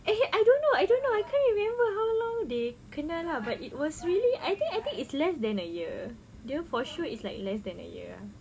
I don't know I don't know I can't remember how long they kenal ah but it was really I think I think it's less than a year dia for sure is like less than a year ah